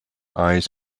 eyes